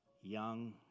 young